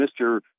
Mr